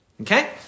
okay